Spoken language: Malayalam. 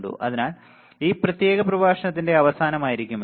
അതിനാൽ ഈ പ്രത്യേക പ്രഭാഷണത്തിന്റെ അവസാനമായിരിക്കും ഇത്